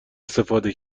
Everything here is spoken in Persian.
استفاده